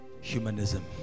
humanism